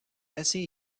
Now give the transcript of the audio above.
assez